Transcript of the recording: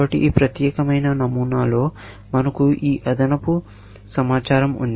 కాబట్టి ఈ ప్రత్యేకమైన నమూనాలో మనకు ఈ అదనపు సమాచారం ఉంది